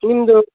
ನಿಮ್ಮದು